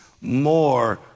more